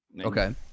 Okay